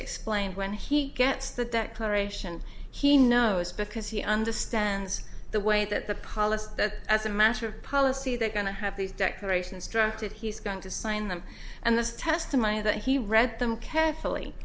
explained when he gets the declaration he knows because he understands the way that the policy that as a matter of policy they're going to have these declarations drafted he's going to sign them and that's testimony that he read them carefully